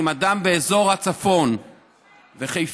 אם אדם באזור הצפון וחיפה,